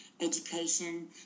education